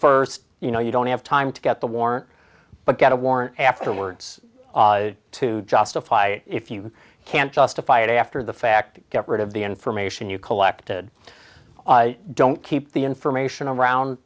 first you know you don't have time to get the warrant but get a warrant afterwards to justify it if you can't justify it after the fact get rid of the information you collected don't keep the information around